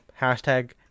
hashtag